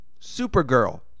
Supergirl